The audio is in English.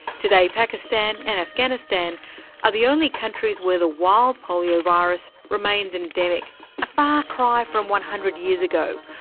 today pakistan and afghanistan are the only countries were the wild polio virus remains endemic, a far cry from one hundred years ago,